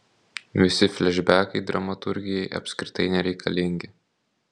visi flešbekai dramaturgijai apskritai nereikalingi